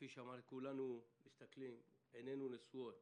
עינינו נשואות